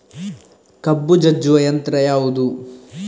ಕಬ್ಬು ಜಜ್ಜುವ ಯಂತ್ರ ಯಾವುದು?